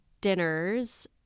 dinners